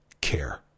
care